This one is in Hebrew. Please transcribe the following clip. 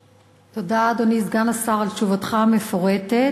תודה, אדוני סגן השר, על תשובתך המפורטת.